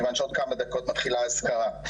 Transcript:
כיוון שבעוד כמה דקות מתחילה האזכרה.